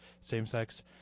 same-sex